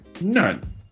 None